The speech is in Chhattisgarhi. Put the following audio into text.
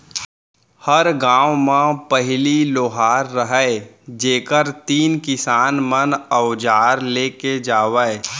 हर गॉंव म पहिली लोहार रहयँ जेकर तीन किसान मन अवजार लेके जावयँ